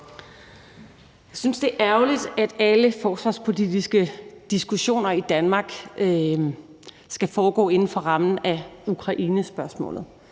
Jeg synes, det er ærgerligt, at alle forsvarspolitiske diskussioner i Danmark skal foregå inden for rammen af Ukrainespørgsmålet.